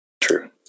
true